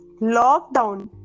Lockdown